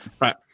Right